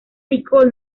nicole